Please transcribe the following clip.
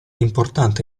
importante